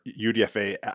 UDFA